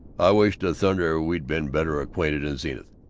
i wish to thunder we'd been better acquainted in zenith.